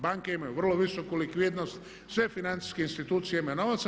Banke imaju vrlo visoku likvidnost, sve financijske institucije imaju novaca.